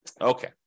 Okay